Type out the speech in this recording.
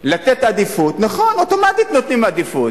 לתת עדיפות, נכון, אוטומטית נותנים עדיפות.